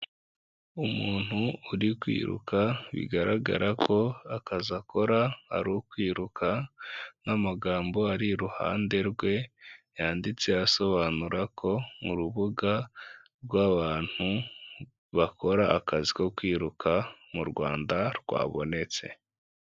Umuntu uri kwiruka bigaragara ko akazi akora ari ukwiruka, nk'amagambo ari iruhande rwe yanditse asobanura ko mu rubuga rw'abantu bakora akazi ko kwiruka mu Rwanda rwabonetse.